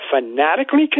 fanatically